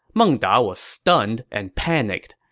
meng da was stunned and panicked.